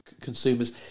consumers